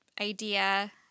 idea